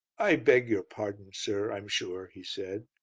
i beg your pardon, sir, i'm sure, he said,